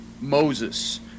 Moses